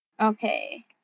Okay